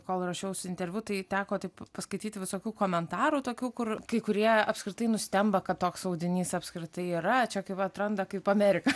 kol ruošiausi interviu tai teko taip paskaityti visokių komentarų tokių kur kai kurie apskritai nustemba kad toks audinys apskritai yra čia kaip atranda kaip ameriką